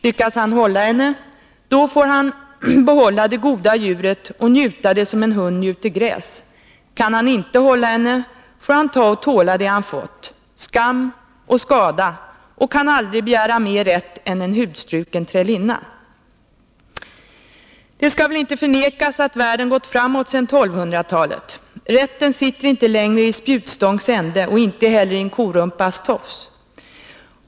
Lyckas han hålla henne, då får han behålla det goda djuret och njuta det som en hund njuter gräs. Kan han inte hålla henne, får han ta och tåla det han fått, skam och skada, och kan aldrig begära mer rätt än en hudstruken trälinna.” Det skall väl inte förnekas att världen har gått framåt sedan 1200-talet. Rätten sitter inte längre i spjutstångs ände och inte heller i en korumpas tofs.